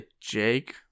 Jake